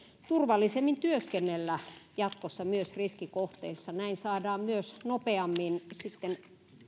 turvallisemmin työskennellä jatkossa myös riskikohteissa näin saadaan myös nopeammin sitten